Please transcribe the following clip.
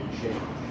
change